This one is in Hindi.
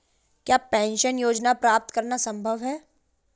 क्या पेंशन योजना प्राप्त करना संभव है?